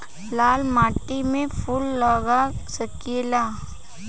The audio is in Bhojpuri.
लाल माटी में फूल लाग सकेला?